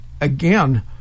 again